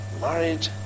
married